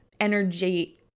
energy